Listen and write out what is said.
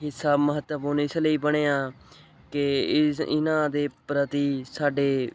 ਹਿੱਸਾ ਮਹੱਤਵਪੂਰਨ ਇਸ ਲਈ ਬਣਿਆ ਕਿ ਇਸ ਇਹਨਾਂ ਦੇ ਪ੍ਰਤੀ ਸਾਡੇ